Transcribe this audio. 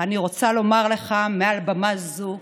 אני רוצה לומר לך מעל במה זו,